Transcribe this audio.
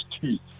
teeth